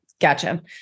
Gotcha